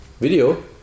video